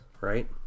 right